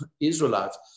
Israelites